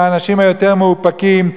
של האנשים היותר מאופקים.